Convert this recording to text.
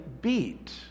beat